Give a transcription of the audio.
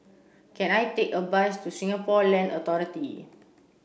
can I take a bus to Singapore Land Authority